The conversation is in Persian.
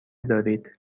دارید